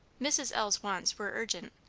mrs. l s wants were urgent,